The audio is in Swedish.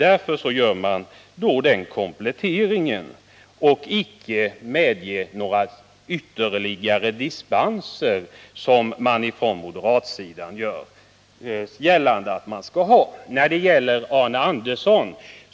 Därför gör man också den kompletteringen att inga speciella dispenser skall beviljas, vilket dock moderaterna menar skall tillåtas.